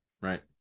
Right